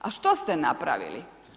A što ste napravili?